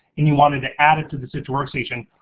and you wanted to add it to the sift workstation,